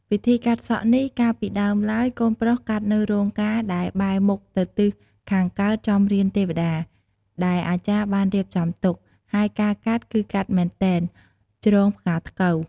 ពិធីកាត់សក់នេះកាលពីដើមឡើយ កូនប្រុសកាត់នៅរោងការដែលបែរមុខទៅទិសខាងកើតចំរានទេវតា ដែលអាចារ្យបានរៀបចំទុក ហើយការកាត់ គឺកាត់មែនទែន ជ្រងផ្កាថ្កូវ ។